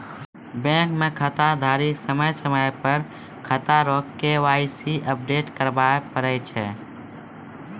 bank मे खाताधारी समय समय पर खाता रो के.वाई.सी अपडेट कराबै पड़ै छै